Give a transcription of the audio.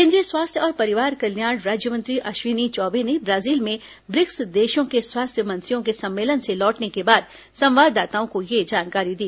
केंद्रीय स्वास्थ्य और परिवार कल्याण राज्यमंत्री अश्विनी चौबे ने ब्राजील में ब्रिक्स देशों के स्वास्थ्य मंत्रियों के सम्मेलन से लौटने के बाद संवाददाताओं को यह जानकारी दी